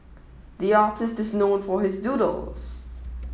the artist is known for his doodles